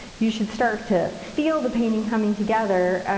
you should start to feel the painting coming together.